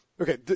okay